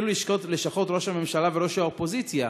אפילו לשכות ראש הממשלה וראש האופוזיציה